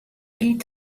giet